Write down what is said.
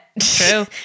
True